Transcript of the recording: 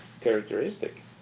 characteristic